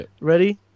ready